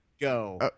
go